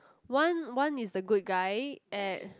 one one is the good guy and